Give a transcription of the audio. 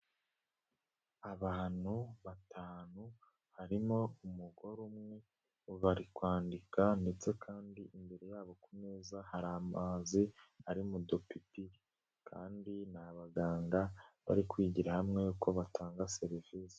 Abantu batanu harimo umugore umwe bari kwandika ndetse kandi imbere yabo ku meza hari amazi ari mu dupipiri. kandi ni abaganga, bari kwigira hamwe uko batanga serivisi.